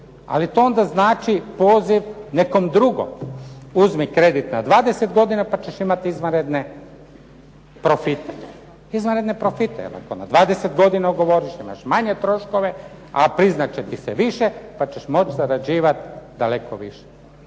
Ali to onda znači poziv nekom drugom, uzmi kredit na 20 godina pa ćeš imat izvanredne profite. Izvanredne profite, jer ako na 20 godina ugovoriš imaš manje troškove, a priznat će ti se više pa ćeš moći zarađivat daleko više.